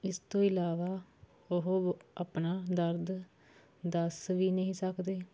ਇਸ ਤੋਂ ਇਲਾਵਾ ਓਹ ਆਪਣਾ ਦਰਦ ਦੱਸ ਵੀ ਨਹੀਂ ਸਕਦੇ